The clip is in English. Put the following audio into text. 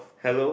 hello